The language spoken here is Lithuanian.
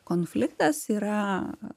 konfliktas yra